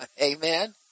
Amen